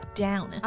down